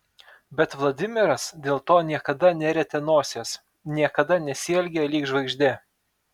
bet vladimiras dėl to niekada nerietė nosies niekada nesielgė lyg žvaigždė